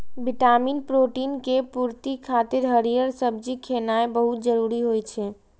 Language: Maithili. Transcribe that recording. विटामिन, प्रोटीन के पूर्ति खातिर हरियर सब्जी खेनाय बहुत जरूरी होइ छै